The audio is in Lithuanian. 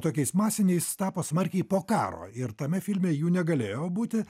tokiais masiniais tapo smarkiai po karo ir tame filme jų negalėjo būti